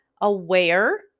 aware